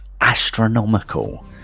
astronomical